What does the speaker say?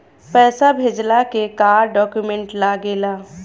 पैसा भेजला के का डॉक्यूमेंट लागेला?